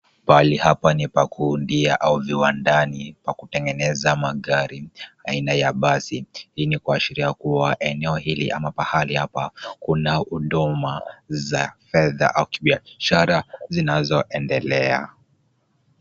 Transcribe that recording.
Pahali hapa ni pa kuundia au viwandani pa kutengeneza magari aina ya basi. Hii ni kuashiria kuwa eneo hili ama pahali hapa kuna huduma za fedha au kibiashara zinazoendelea.